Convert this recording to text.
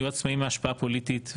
יהיו עצמאים מהשפעה פוליטית.